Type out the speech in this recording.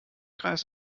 kreis